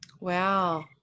Wow